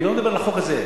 אני לא מדבר על החוק הזה.